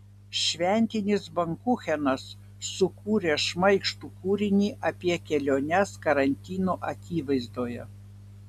šventinis bankuchenas sukūrė šmaikštų kūrinį apie keliones karantino akivaizdoje